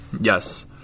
Yes